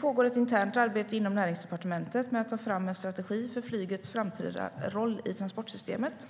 pågår ett internt arbete inom Näringsdepartementet med att ta fram en strategi för flygets framtida roll i transportsystemet.